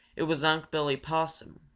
it was unc' billy possum,